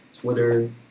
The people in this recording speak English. Twitter